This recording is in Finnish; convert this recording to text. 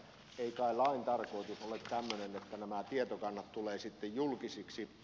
ei kai lain tarkoitus ole tämmöinen että nämä tietokannat tulevat sitten julkisiksi